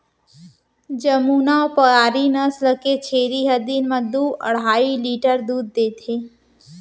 जमुनापारी नसल के छेरी ह दिन म दू अढ़ाई लीटर दूद देथे